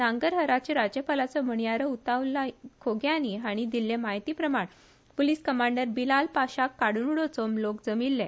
नांगरहाराचे राज्यपालाचो म्हणयारो अताउल्ला खोग्यानी हाणी दिछ्छे म्हायतेप्रमाण पोलीस कमांडर बिलाल पाशाक काडुन उडोवचो म्हण लोक जमिल्लो